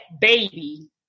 baby